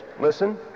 listen